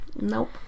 Nope